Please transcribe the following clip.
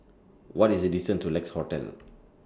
What IS The distance to Lex Hotel